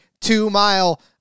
two-mile